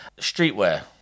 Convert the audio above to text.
Streetwear